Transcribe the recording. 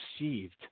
received